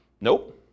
Nope